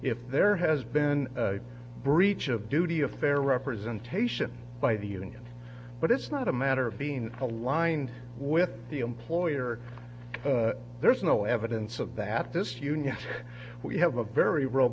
if there has been a breach of duty a fair representation by the union but it's not a matter of being aligned with the employer there's no evidence of that this union we have a very r